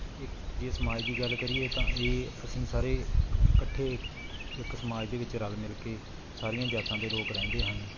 ਅਤੇ ਇਕ ਜੇ ਸਮਾਜ ਦੀ ਗੱਲ ਕਰੀਏ ਤਾਂ ਇਹ ਅਸੀਂ ਸਾਰੇ ਕ ਇਕੱਠੇ ਇੱਕ ਸਮਾਜ ਦੇ ਵਿੱਚ ਰਲ ਮਿਲ ਕੇ ਸਾਰੀਆਂ ਜਾਤਾਂ ਦੇ ਲੋਕ ਰਹਿੰਦੇ ਹਨ